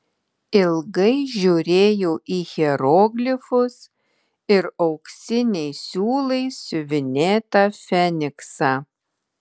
ilgai žiūrėjau į hieroglifus ir auksiniais siūlais siuvinėtą feniksą